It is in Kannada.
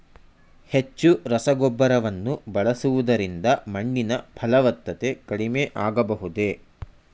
ಹೆಚ್ಚು ರಸಗೊಬ್ಬರವನ್ನು ಬಳಸುವುದರಿಂದ ಮಣ್ಣಿನ ಫಲವತ್ತತೆ ಕಡಿಮೆ ಆಗಬಹುದೇ?